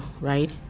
right